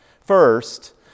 First